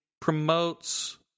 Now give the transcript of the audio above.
promotes